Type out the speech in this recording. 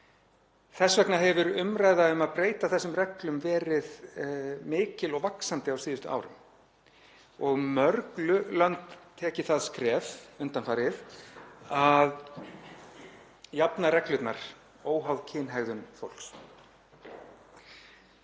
Þess vegna hefur umræða um að breyta þessum reglum verið mikil og vaxandi á síðustu árum og mörg lönd tekið það skref undanfarið að jafna reglurnar óháð kynhegðun fólks.